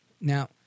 Now